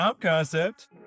Concept